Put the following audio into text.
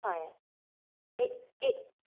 হয় এই এই